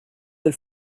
del